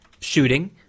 shooting